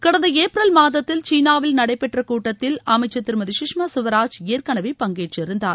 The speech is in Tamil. கடந்த ஏப்ரல் மாதத்தில் சீனாவில் நடைபெற்ற கூட்டத்தில் அமைச்சர் திருமதி குஷ்மா குவராஜ் ஏற்கனவே பங்கேற்றிருந்தார்